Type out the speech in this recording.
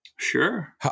Sure